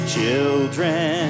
Children